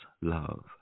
love